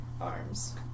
arms